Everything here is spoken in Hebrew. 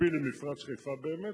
מקביל למפרץ חיפה באמת,